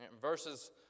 Verses